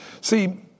See